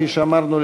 כפי שאמרנו,